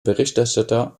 berichterstatter